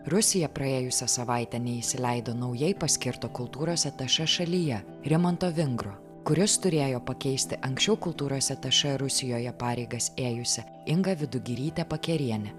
rusija praėjusią savaitę neįsileido naujai paskirto kultūros atašė šalyje rimanto vingro kuris turėjo pakeisti anksčiau kultūros atašė rusijoje pareigas ėjusią ingą vidugirytę pakerienę